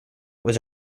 was